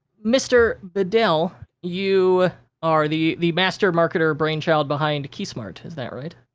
mr. bedell, you are the the master marketer brain child behind keysmart, is that right?